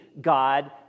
God